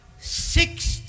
six